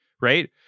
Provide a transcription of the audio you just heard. right